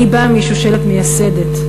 אני באה משושלת מייסדת,